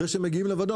אחרי שמגיעים לוועדה,